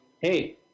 hey